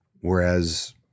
Whereas